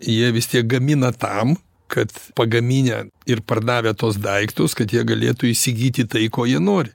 jie vis tiek gamina tam kad pagaminę ir pardavę tuos daiktus kad jie galėtų įsigyti tai ko jie nori